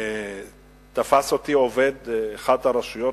תפס אותי עובד באחת הרשויות,